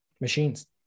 machines